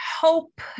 hope